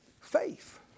faith